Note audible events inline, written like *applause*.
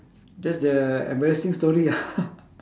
that's the embarrassing story *laughs*